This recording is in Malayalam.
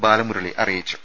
ബാലമുരളി അറിയിച്ചു